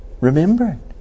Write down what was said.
Remembering